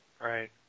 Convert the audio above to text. Right